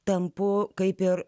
tampu kaip ir